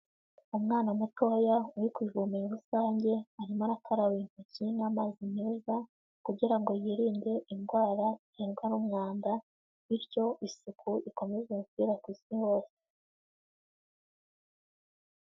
Umwana mutoya uri ku ivomero rusange arimo arakaraba intoki n'amazi meza kugira ngo yirinde indwara ziterwa n'umwanda, bityo isuku ikomeze gukwira ku Isi hose.